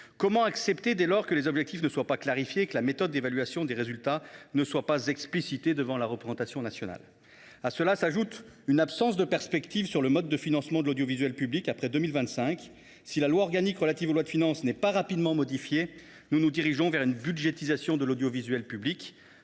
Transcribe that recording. Comment accepter dès lors que les objectifs ne soient pas clarifiés et que la méthode d’évaluation des résultats ne soit pas explicitée devant la représentation nationale ? À cela s’ajoute une absence de perspective sur le mode de financement de l’audiovisuel public après 2025. Si la Lolf n’est pas rapidement modifiée, nous nous dirigeons vers une budgétisation de l’audiovisuel public.